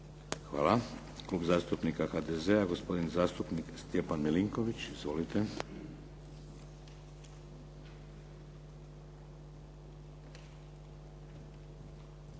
Hvala. Klub zastupnika HDZ-a gospodin zastupnik Stjepan Milinković. Izvolite.